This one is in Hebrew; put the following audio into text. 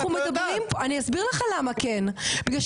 אני אסביר לך למה כן,